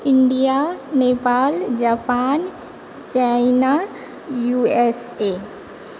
India Nepal Japan China USA